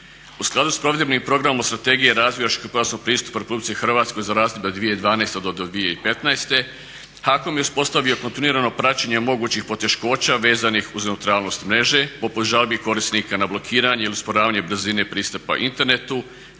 U skladu s provedbenim programom Strategije razvoja širokopojasnog pristupa u RH za razdoblje 2012-2015. HAKOM je uspostavio kontinuirano praćenje mogućih poteškoća vezanih uz neutralnost mreže, poput žalbi korisnika na blokiranje i usporavanje brzine pristupa internetu